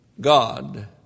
God